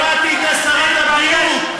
שמעתי את שרת הבריאות.